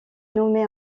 nommé